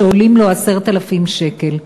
שעולים לו 10,000 שקל.